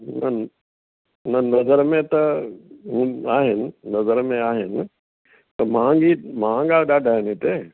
न नज़र में त हूं आहिनि नज़र में आहिनि त महांगी महांगा ॾाढा इन हिते